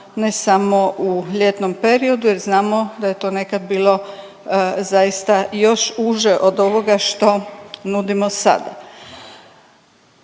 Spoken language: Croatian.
ne samo u ljetnom periodu jer znamo da je to nekad bilo zaista još uže od ovoga što nudimo sada.